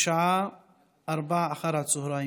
עוברת בקריאה ראשונה.